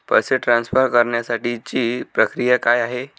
पैसे ट्रान्सफर करण्यासाठीची प्रक्रिया काय आहे?